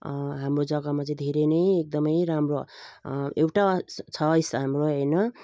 हाम्रो जगामा चाहिँ धेरै नै एकदमै राम्रो एउटा छ यस हाम्रो होइन